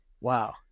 Wow